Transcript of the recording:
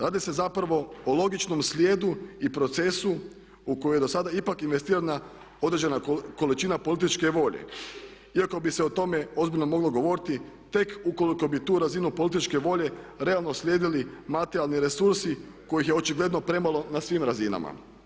Radi se zapravo o logičnom slijedu i procesu u koji je do sada ipak investirana određena količina političke volje, iako bi se o tome ozbiljno moglo govoriti tek ukoliko bi tu razinu političke volje realno slijedili materijalni resursi kojih je očigledno premalo na svim razinama.